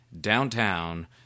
downtown